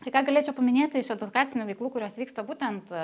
tai ką galėčiau paminėti iš edukacinių veiklų kurios vyksta būtent